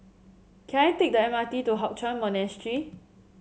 can I take the M R T to Hock Chuan Monastery